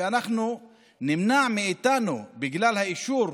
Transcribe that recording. וזה נמנע מאיתנו בגלל האישור,